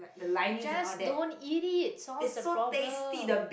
just don't eat it solves the problem